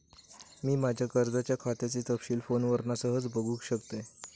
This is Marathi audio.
मी माज्या कर्जाच्या खात्याचे तपशील फोनवरना सहज बगुक शकतय